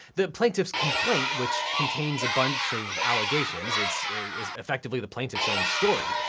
the plaintiff's complaint which contains a bunch of allegations, it's effectively the plaintiff's own story,